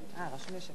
גברתי היושבת-ראש,